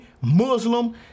Muslim